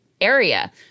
area—